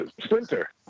Splinter